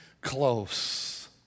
close